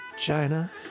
China